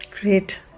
great